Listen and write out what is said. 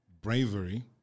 bravery